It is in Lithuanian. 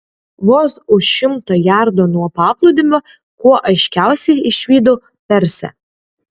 vos už šimto jardo nuo paplūdimio kuo aiškiausiai išvydau persę